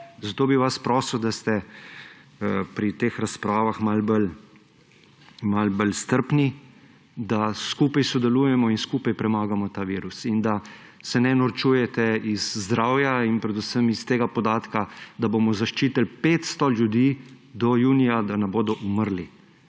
Zato bi vas prosil, da ste pri teh razpravah malo bolj strpni, da skupaj sodelujemo in skupaj premagamo ta virus in da se ne norčujete iz zdravja in predvsem iz tega podatka, da bomo zaščitili 500 ljudi do junija, da ne bodo umrli.